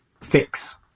fix